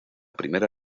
primera